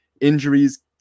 Injuries